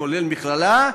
כולל מכללה,